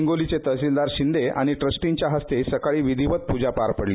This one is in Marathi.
हिंगोलीचे तहसिलदार आणि ट्रस्टींच्या हस्ते सकाळी विधीवत प्रजा पार पडली